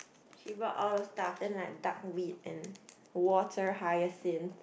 she brought all those stuff then like duck weed and water hyacinth